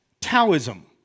Taoism